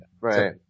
Right